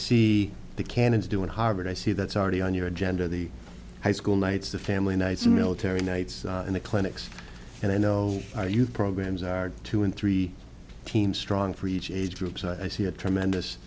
see the cannons doing harvard i see that's already on your agenda the high school nights the family nights military nights in the clinics and i know our youth programs are two and three thousand strong for each age groups i see a tremendous